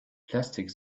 plastic